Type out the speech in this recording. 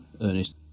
Ernest